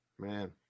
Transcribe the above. Man